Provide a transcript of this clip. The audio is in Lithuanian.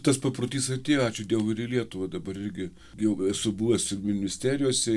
tas paprotys atėjo ačiū dievui ir į lietuvą dabar irgi jau esu buvęs ministerijose